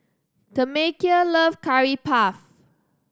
Tamekia love Curry Puff